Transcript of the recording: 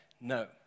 No